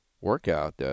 workout